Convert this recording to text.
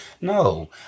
No